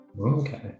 Okay